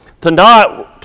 Tonight